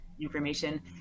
information